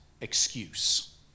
excuse